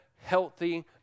healthy